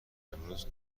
امروز